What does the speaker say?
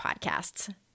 podcasts